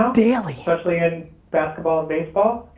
daily. especially in basketball and baseball,